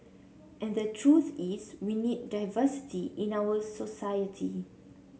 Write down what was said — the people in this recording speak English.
and the truth is we need diversity in our society